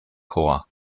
chor